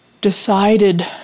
decided